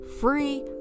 free